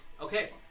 Okay